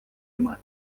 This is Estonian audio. jumet